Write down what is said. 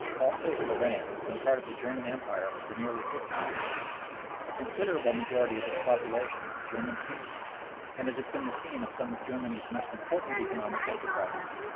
alsace-lorraine has been part of the german empire for nearly fifty years a considerable majority of its population is german speaking and it has been the scene of some of germany's most important economic enterprises.